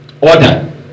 Order